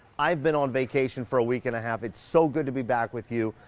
i've been on vacation for a week and a half. it's so good to be back with you.